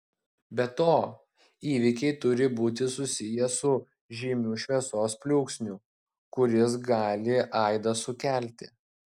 be to įvykiai turi būti susiję su žymiu šviesos pliūpsniu kuris gali aidą sukelti